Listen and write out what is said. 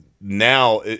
now